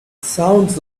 sounds